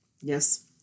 Yes